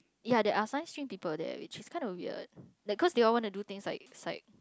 ya there are science stream people there which is kind of weird like cause they all want to do things like